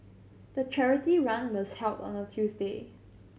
the charity run was held on a Tuesday